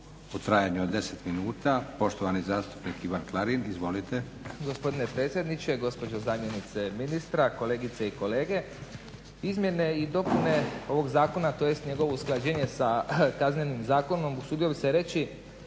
u trajanju od 10 minuta, poštovani zastupnik Ivan Klarin. Izvolite. **Klarin, Ivan (SDP)** Gospodine predsjedniče, gospođo zamjenice ministra, kolegice i kolege. Izmjene i dopune ovog zakona, tj. njegovo usklađenje sa Kaznenim zakonom usudio bi se reći,